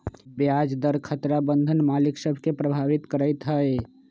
ब्याज दर खतरा बन्धन मालिक सभ के प्रभावित करइत हइ